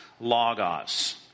logos